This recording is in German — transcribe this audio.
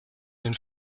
den